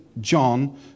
John